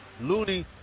Looney